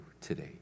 today